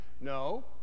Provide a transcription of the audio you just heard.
no